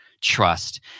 trust